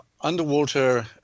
underwater